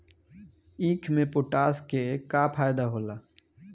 ईख मे पोटास के का फायदा होला?